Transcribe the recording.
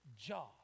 job